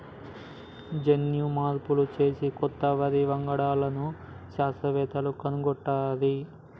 జన్యు మార్పులు చేసి కొత్త వరి వంగడాలను శాస్త్రవేత్తలు కనుగొట్టిరి